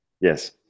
yes